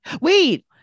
Wait